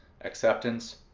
acceptance